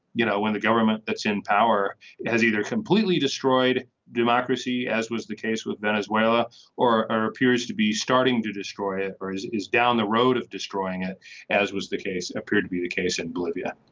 you know when the government that's in power has either completely destroyed democracy as was the case with venezuela or or appears to be starting to destroy it or it is down the road of destroying it as was the case appeared to be the case in bolivia